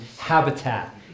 Habitat